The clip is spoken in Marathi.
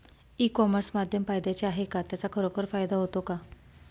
ई कॉमर्स माध्यम फायद्याचे आहे का? त्याचा खरोखर फायदा होतो का?